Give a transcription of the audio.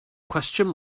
cwestiwn